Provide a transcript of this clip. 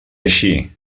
així